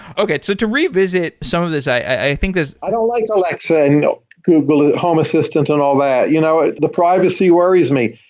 okay, so to revisit some of this, i think i don't like alexa and google home assistant and all that. you know ah the privacy worries me.